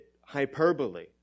hyperbole